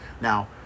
Now